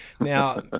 Now